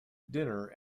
dinner